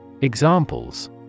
Examples